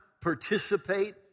participate